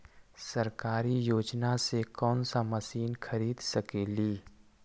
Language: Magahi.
सरकारी योजना से कोन सा मशीन खरीद सकेली?